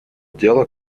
дела